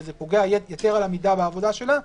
וזה פוגע יתר על המידה בעבודה שלה,